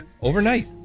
Overnight